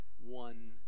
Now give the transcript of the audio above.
one